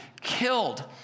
killed